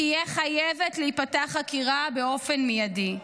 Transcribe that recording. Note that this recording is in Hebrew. תהיה חייבת להיפתח חקירה באופן מיידי,